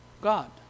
God